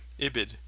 Ibid